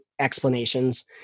explanations